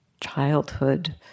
childhood